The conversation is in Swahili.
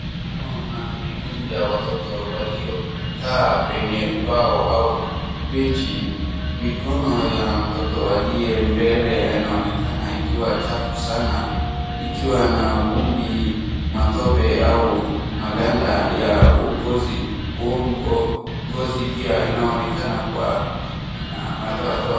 Naona miguu ya watoto waliokaa kwenye ubao au benchi, mikono ya mtoto aliyembele yanaonekana yakiwa chafu sana, ikiwa na vumbi, matope au maganda ya ngozi. Ngozi pia inaonekana kuwa na madoadoa.